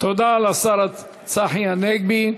תודה לשר צחי הנגבי.